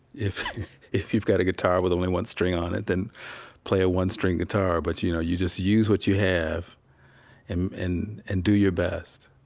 if if you've got a guitar with only one string on it, then play a one-string guitar. but you know you just use what you have and and do your best.